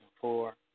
four